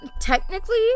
technically